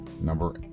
Number